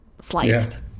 sliced